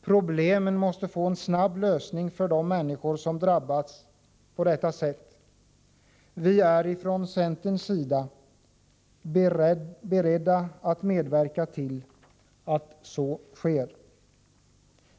Problemen måste få en snar lösning för de människor som har drabbats på detta sätt. Vi är från centerns sida beredda att medverka till att så sker.